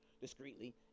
discreetly